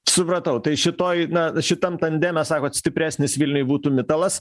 supratau tai šitoj na šitam tandeme sakot stipresnis vilniui būtų mitalas